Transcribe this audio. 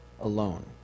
alone